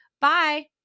Bye